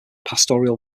pastoral